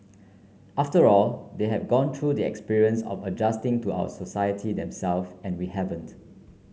after all they have gone through the experience of adjusting to our society themselves and we haven't